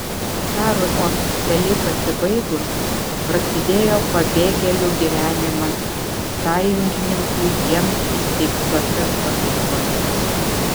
karui oficialiai pasibaigus prasidėjo pabėgėlių gyvenimas sąjungininkų jiems įsteigtose stovyklose